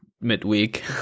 midweek